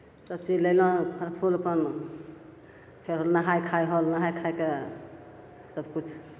सबचीज लैलहुँ फल फूल अपन फेर होल नहाइ खाइ होल नहाइ खाइके सबकिछु